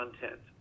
content